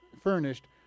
furnished